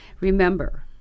Remember